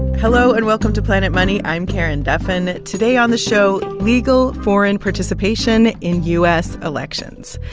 hello, and welcome to planet money. i'm karen duffin. today on the show legal foreign participation in u s. elections.